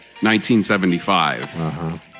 1975